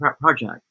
project